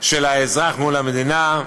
של האזרח מול המדינה.